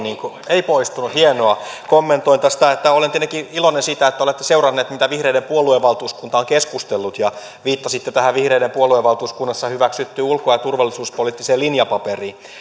ei poistunut hienoa kommentoin tästä että olen tietenkin iloinen siitä että olette seurannut mitä vihreiden puoluevaltuuskunta on keskustellut ja viittasitte tähän vihreiden puoluevaltuuskunnassa hyväksyttyyn ulko ja turvallisuuspoliittiseen linjapaperiin